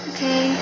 Okay